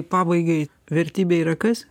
pabaigai vertybė yra kas